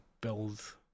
build